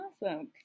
Awesome